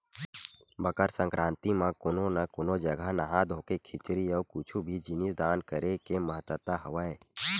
मकर संकरांति म कोनो कोनो जघा नहा धोके खिचरी अउ कुछु भी जिनिस दान करे के महत्ता हवय